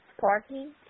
parking